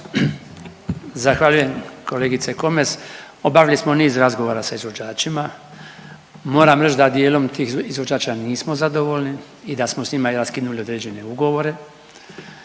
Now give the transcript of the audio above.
Zahvaljujem kolegice Komes. Obavili smo niz razgovora sa izvođačima. Moram reći da dijelom tih izvođača nismo zadovoljni i da smo s njima i raskinuli određene ugovore,